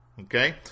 Okay